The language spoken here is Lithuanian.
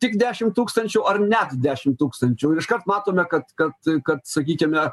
tik dešim tūkstančių ar net dešim tūkstančių iškart matome kad kad kad sakykime